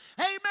amen